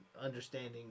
understanding